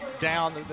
down